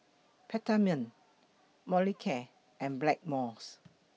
Peptamen Molicare and Blackmores